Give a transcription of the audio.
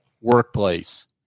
workplace